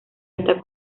está